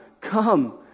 Come